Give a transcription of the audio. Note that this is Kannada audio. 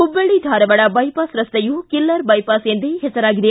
ಹುಬ್ಬಳ್ಳಿ ಧಾರವಾಡ ಬೈಪಾಸ್ ರಸ್ತೆಯು ಕಿಲ್ಲರ್ ಬೈಪಾಸ್ ಎಂದೇ ಹೆಸರಾಗಿದೆ